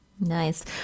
Nice